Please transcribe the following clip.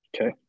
Okay